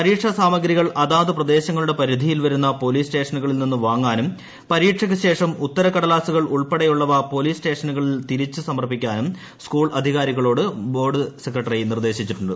പരീക്ഷാ സാമഗ്രികൾ അതാത് പ്രദേശങ്ങളുടെ പരിധിയിൽ വരുന്ന പൊലീസ് സ്റ്റേഷനുകളിൽ നിന്ന് വാങ്ങാനും പരീക്ഷയ്ക്കുശേഷം ഉത്തരക്കടലാസുകൾ ഉൾപ്പെടെയുള്ളവ പൊലീസ് സ്റ്റേഷനുകളിൽതന്നെ തിരിച്ചു സമർപ്പിക്കാനും സ്കൂൾ അധികാരികളോട് സ്കൂൾ ബോർഡ് സെക്രട്ടറി നിർദ്ദേശിച്ചിട്ടുണ്ട്